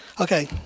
Okay